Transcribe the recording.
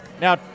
Now